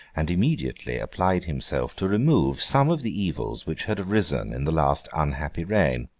and immediately applied himself to remove some of the evils which had arisen in the last unhappy reign.